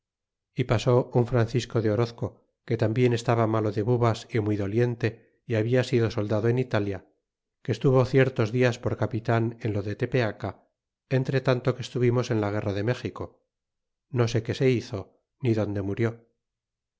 y pasó un francisco de orozco que tambien estaba malo de bubas y muy doliente y habia sido soldado en italia que estuvo ciertos días por capitan en lo de tepeaca entretanto que estuvimos en la guerra de méxico no sé que se hizo ni donde murió